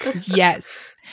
Yes